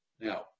now